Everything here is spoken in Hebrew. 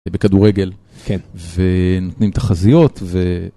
זה בכדורגל, כן. ונותנים תחזיות ו...